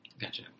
Gotcha